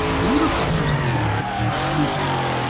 younger clusters have lots of hot blue stars.